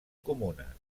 comunes